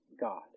God